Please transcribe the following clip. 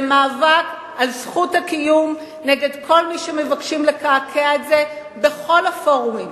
למאבק על זכות הקיום נגד כל מי שמבקשים לקעקע את זה בכל הפורומים.